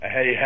Hey